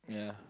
yeah